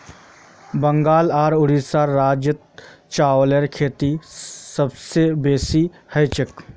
बंगाल आर उड़ीसा राज्यत चावलेर खेती सबस बेसी हछेक